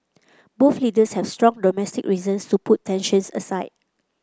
both leaders have strong domestic reasons to put tensions aside